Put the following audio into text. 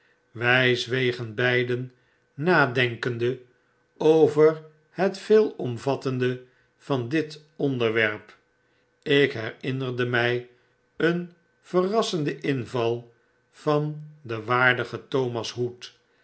wij zwegen beiden iladenkende over het veelomvattende van dit onderwerp ik herinnerde mij een verrassenden inval van den waardigen thomas hood